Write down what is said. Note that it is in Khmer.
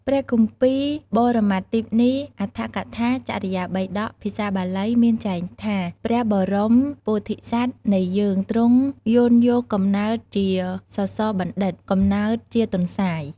តាមគម្ពីរបរមត្ថទីបនី អដ្ធកថា ចរិយាបិដក ភាសាបាលីមានចែងថា ព្រះបរមពោធិសត្វនៃយើងទ្រង់យោនយកកំណើតជាសសបណ្ឌិត «កំណើតជាទន្សាយ»។